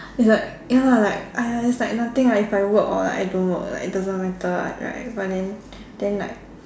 it's like ya lah like !aiya! it's like nothing lah if I work or like I don't work it doesn't matter what right but then then like